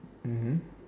mmhmm